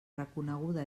reconeguda